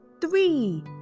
three